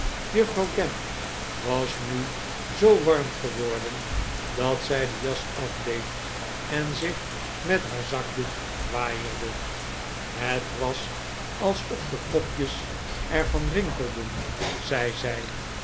juffrouw gamp was nu zoo warm geworden dat zij de jas afdeed en zich met haar zakdoek waaierde het was alsof de kopjes er van rinkelden zei